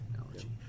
technology